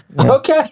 Okay